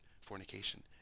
fornication